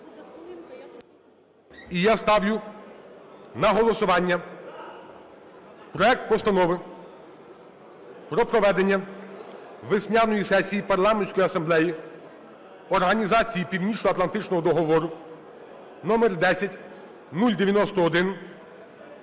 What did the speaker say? І я ставлю на голосування проект Постанови про проведення весняної сесії Парламентської асамблеї Організації Північноатлантичного договору (№ 10091)